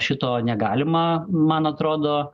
šito negalima man atrodo